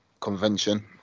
convention